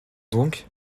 donc